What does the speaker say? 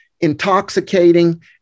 intoxicating